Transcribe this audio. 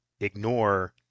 ignore